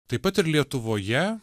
taip pat ir lietuvoje